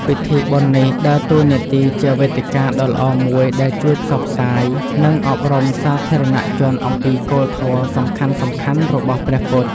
ពិធីបុណ្យនេះដើរតួនាទីជាវេទិកាដ៏ល្អមួយដែលជួយផ្សព្វផ្សាយ និងអប់រំសាធារណជនអំពីគោលធម៌សំខាន់ៗរបស់ព្រះពុទ្ធ។